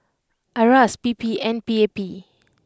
Iras P P and P A P